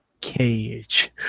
Cage